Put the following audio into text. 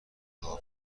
گاو